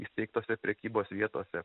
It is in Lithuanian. įsteigtose prekybos vietose